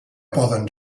poden